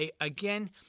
again